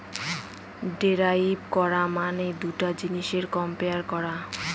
derive করা মানে দুটা জিনিসের কম্পেয়ার করা